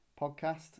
podcast